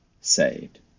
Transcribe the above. saved